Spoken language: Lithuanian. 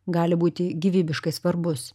gali būti gyvybiškai svarbus